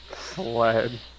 Sled